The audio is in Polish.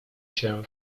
cię